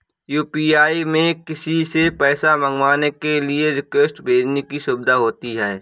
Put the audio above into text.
UPI में किसी से पैसा मंगवाने के लिए रिक्वेस्ट भेजने की सुविधा होती है